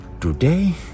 today